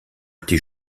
été